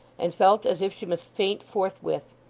and felt as if she must faint forthwith.